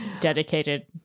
dedicated